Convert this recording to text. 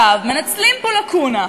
מנצלים פה לקונה.